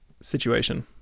situation